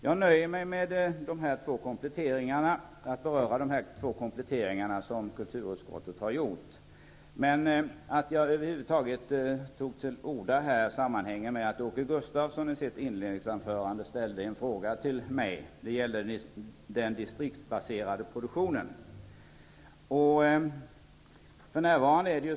Jag nöjer mig med att beröra dessa två kompletteringar som kulturutskottet har gjort. Att jag över huvud taget tog till orda, sammanhänger med att Åke Gustavsson i sitt inledningsanförande ställde en fråga till mig om den distriktsbaserade produktionen.